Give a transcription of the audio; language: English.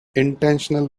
intentional